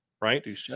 Right